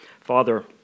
Father